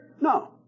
No